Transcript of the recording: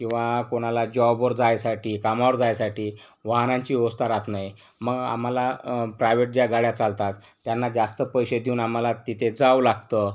किंवा कोणाला जॉबवर जायसाठी कामावर जायसाठी वाहनांची व्यवस्था राहत नाही मग आम्हाला प्रायवेट ज्या गाड्या चालतात त्यांना जास्त पैसे देऊन आम्हाला तिथे जावं लागतं